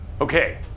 Okay